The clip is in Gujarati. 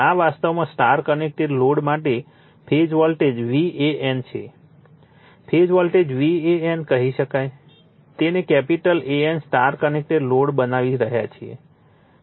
આ વાસ્તવમાં સ્ટાર કનેક્ટેડ લોડ માટે ફેઝ વોલ્ટેજ VAN છે ફેઝ વોલ્ટેજ VAN કહી શકાય તેને capital AN star connected load બનાવી રહ્યા છે